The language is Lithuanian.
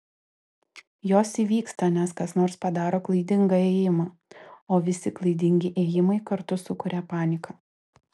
jos įvyksta nes kas nors padaro klaidingą ėjimą o visi klaidingi ėjimai kartu sukuria paniką